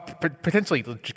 potentially